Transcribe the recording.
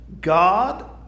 God